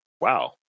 wow